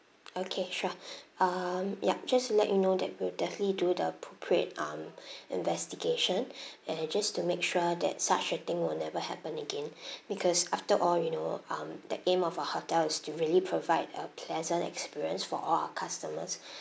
okay sure um ya just let you know that we'll definitely do the appropriate um investigation and just to make sure that such a thing will never happen again because after all you know um the aim of our hotel is to really provide a pleasant experience for all our customers